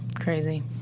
crazy